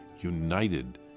united